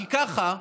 ככה,